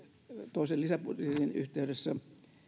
toisen lisäbudjetin yhteydessä